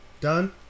done